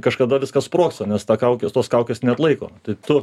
kažkada viskas sprogsta nes ta kaukės tos kaukės neatlaiko tai tu